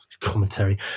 commentary